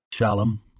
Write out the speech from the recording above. Shalom